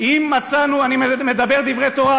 אם מצאנו" אני מדבר דברי תורה,